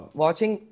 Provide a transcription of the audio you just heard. watching